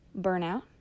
burnout